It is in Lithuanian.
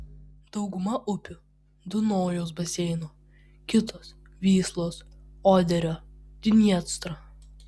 dauguma upių dunojaus baseino kitos vyslos oderio dniestro